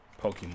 Pokemon